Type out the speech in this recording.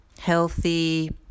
healthy